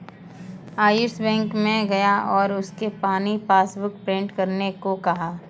Ayush bank में गया और उससे अपनी पासबुक प्रिंट करने को कहा